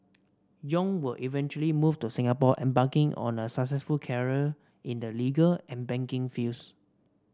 yong would eventually move to Singapore embarking on a successful career in the legal and banking fields